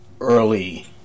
early